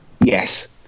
Yes